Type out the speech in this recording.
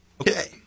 Okay